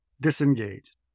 disengaged